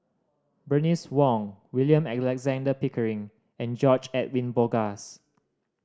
Bernice Wong William Alexander Pickering and George Edwin Bogaars